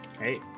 Hey